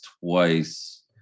twice